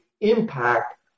impact